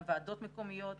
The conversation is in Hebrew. גם ועדות מקומיות,